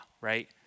right